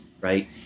right